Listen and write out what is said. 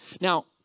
Now